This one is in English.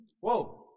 whoa